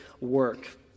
work